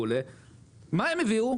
מה הם הביאו?